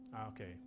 Okay